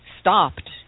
stopped